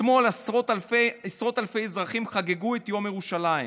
אתמול עשרות אלפי אזרחים חגגו את יום ירושלים,